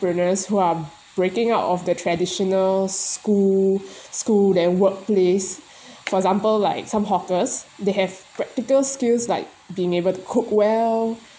who are breaking out of their traditional school school and workplace for example like some hawkers they have practical skills like being able to cook well